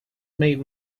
made